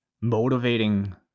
motivating